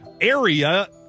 area